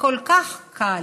כל כך קל,